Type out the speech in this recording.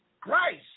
Christ